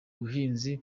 buhinzi